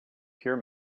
pure